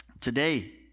Today